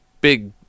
big